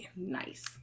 Nice